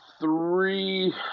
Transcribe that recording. three